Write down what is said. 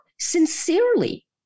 Sincerely